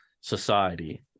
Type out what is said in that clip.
society